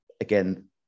again